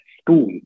school